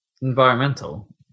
environmental